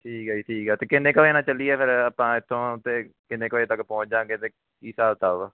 ਠੀਕ ਹੈ ਜੀ ਠੀਕ ਹੈ ਅਤੇ ਕਿੰਨੇ ਕੁ ਵਜੇ ਨਾਲ ਚੱਲੀਏ ਫਿਰ ਆਪਾਂ ਇੱਥੋਂ ਅਤੇ ਕਿੰਨੇ ਕੁ ਵਜੇ ਤੱਕ ਪਹੁੰਚ ਜਾਂਗੇ ਅਤੇ ਕੀ ਹਿਸਾਬ ਕਿਤਾਬ ਆ